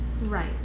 Right